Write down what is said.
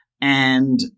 And-